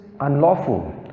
unlawful